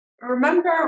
remember